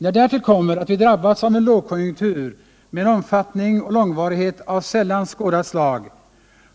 När därtill kommer att vi drabbats av en lågkonjunktur med en omfattning och långvarighet av sällan skådat slag